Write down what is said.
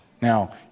now